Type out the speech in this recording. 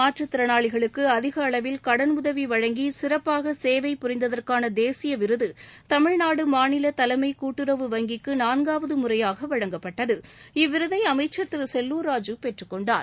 மாற்றுத்திறனாளிகளுக்கு அதிக அளவில் கடன் உதவி வழங்கி சிறப்பாக சேவை புரிந்ததற்கான தேசிய விருது தமிழ்நாடு மாநில தலைமை கூட்டுறவு வங்கிக்கு நான்காவது முறையாக வழங்கப்பட்டது இவ்விருதை அமைச்சா் திரு செல்லுா் ராஜூ பெற்றுக்கொண்டார்